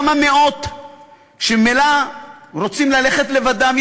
יש כמה מאות שממילא רוצים ללכת לבדם,